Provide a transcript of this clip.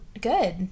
good